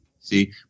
See